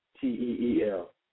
T-E-E-L